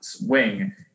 wing